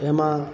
એમાં